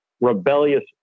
rebellious